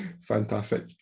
Fantastic